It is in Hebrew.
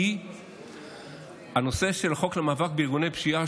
כי הנושא של חוק למאבק בארגוני פשיעה,